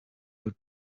your